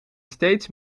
steeds